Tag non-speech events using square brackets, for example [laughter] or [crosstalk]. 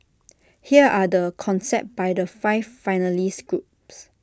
[noise] here are the concepts by the five finalist groups